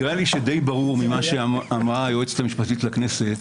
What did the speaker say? נראה לי שדי ברור ממה שאמרה היועצת המשפטית לכנסת,